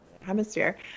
hemisphere